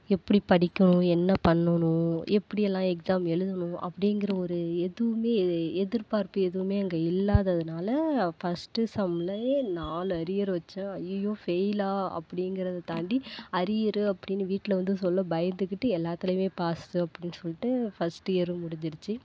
எப்டி படிக்கணும் என்ன பண்ணணும் எப்டியெல்லாம் எக்ஸாம் எழுதணும் அப்படிங்குற ஒரு எதுவுமே எதிர்பார்ப்பு எதுவுமே அங்கே இல்லாததுனால ஃபர்ஸ்ட்டு செம்லயே நாலு அரியர் வச்சேன் அய்யய்யோ ஃபெயிலா அப்படிங்குறத தாண்டி அரியரு அப்படின்னு வீட்டில் வந்து சொல்ல பயந்துக்கிட்டு எல்லாத்துலையுமே பாஸு அப்படின்ட்டு சொல்லிட்டு ஃபர்ஸ்ட்டு இயரும் முடிஞ்சிடுச்சி